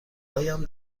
هایم